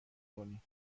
کنین